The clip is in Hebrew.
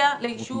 הסעיפים לא ברורים